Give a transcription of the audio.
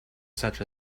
such